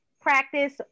practice